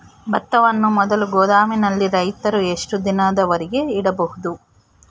ಭತ್ತವನ್ನು ಮೊದಲು ಗೋದಾಮಿನಲ್ಲಿ ರೈತರು ಎಷ್ಟು ದಿನದವರೆಗೆ ಇಡಬಹುದು?